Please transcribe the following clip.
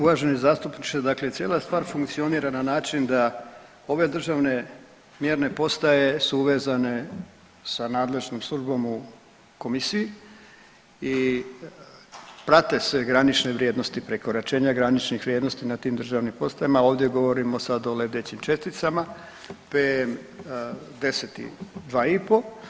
Uvaženi zastupniče, dakle cijela stvar funkcionira na način da ove državne mjerne postaje su uvezane sa nadležnom službom u Komisiji i prate se granične vrijednosti prekoračenja graničnih vrijednosti na tim državnim postaja, a ovdje govorimo sad o lebdećim česticama PM10 i 2,5.